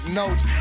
notes